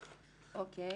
אוקיי.